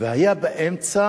והיתה באמצע